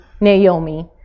Naomi